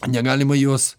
negalima jos